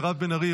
מירב בן ארי,